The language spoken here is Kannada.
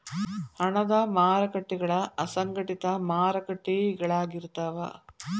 ಹಣದ ಮಾರಕಟ್ಟಿಗಳ ಅಸಂಘಟಿತ ಮಾರಕಟ್ಟಿಗಳಾಗಿರ್ತಾವ